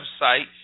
website